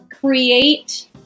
create